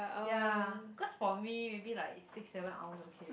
ya cause for me maybe like six seven hours okay